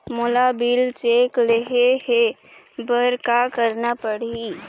मोला bill check ले हे बर का करना पड़ही ही?